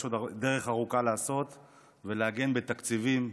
יש עוד דרך ארוכה לעשות ולעגן בתקציבים.